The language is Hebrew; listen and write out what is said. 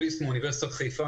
מאוניברסיטת חיפה.